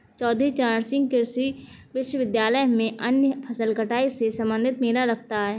चौधरी चरण सिंह कृषि विश्वविद्यालय में अन्य फसल कटाई से संबंधित मेला लगता है